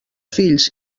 fills